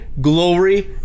glory